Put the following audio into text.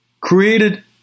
Created